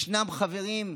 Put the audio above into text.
יש חברים,